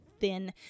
thin